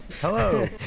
hello